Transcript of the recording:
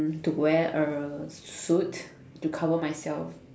to wear a suit to cover myself